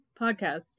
podcast